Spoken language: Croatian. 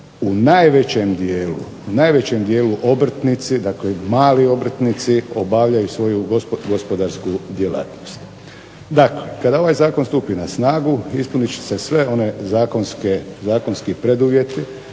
u najvećem dijelu obrtnici, dakle mali obrtnici obavljaju svoju gospodarsku djelatnost. Dakle, kada ovaj Zakon stupi na snagu ispunit će se sve one, zakonski preduvjeti